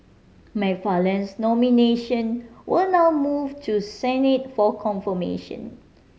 McFarland's nomination will now move to Senate for confirmation